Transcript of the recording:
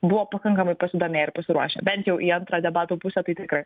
buvo pakankamai pasidomėję ir pasiruošę bent jau į antrą debatų pusę tai tikrai